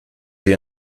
sie